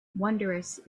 wondrous